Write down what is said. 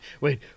Wait